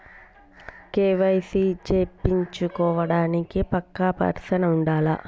KYC చేపిచ్చుకోవడానికి పక్కా person ఉండాల్నా?